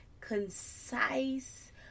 concise